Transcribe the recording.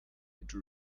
into